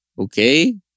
okay